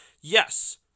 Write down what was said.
Yes